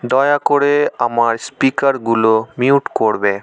দয়া করে আমার স্পিকারগুলো মিউট করবে